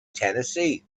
tennessee